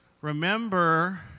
remember